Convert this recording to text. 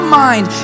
mind